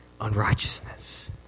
unrighteousness